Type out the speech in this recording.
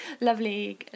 lovely